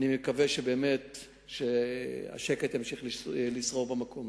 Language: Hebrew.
אני מקווה שבאמת השקט ימשיך לשרור במקום.